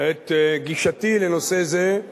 את גישתי לנושא זה,